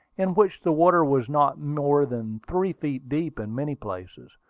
in which the water was not more than three feet deep in many places.